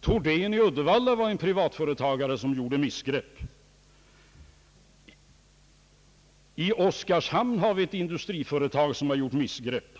Thordén i Uddevalla var en privatföretagare som gjorde missgrepp. I Oskarshamn har vi ett industriföretag som har gjort missgrepp.